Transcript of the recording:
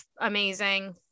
amazing